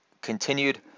continued